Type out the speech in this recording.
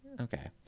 Okay